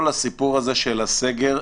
כל הסיפור של הסגר.